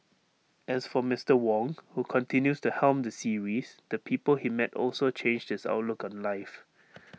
as for Mister Wong who continues to helm the series the people he met also changed his outlook on life